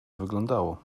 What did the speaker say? wyglądało